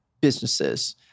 businesses